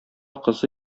кызы